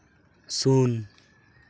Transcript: ᱥᱩᱱ